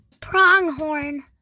Pronghorn